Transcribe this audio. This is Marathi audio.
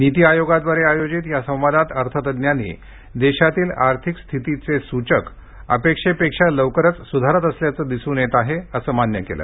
नीति आयोगाद्वारे आयोजित या संवादत अर्थतज्ञांनी देशातील आर्थिक स्थितीचे सूचक अपेक्षेपेक्षा लवकरच सुधारत असल्याचं दिसून येत आहे असं मान्य केलं